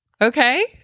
Okay